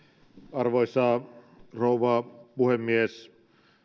arvoisa rouva puhemies